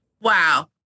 Wow